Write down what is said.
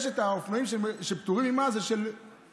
יש את האופנועים שפטורים ממס של מד"א.